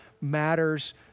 matters